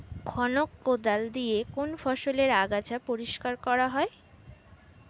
খনক কোদাল দিয়ে কোন ফসলের আগাছা পরিষ্কার করা হয়?